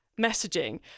messaging